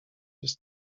jest